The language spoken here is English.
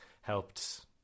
helped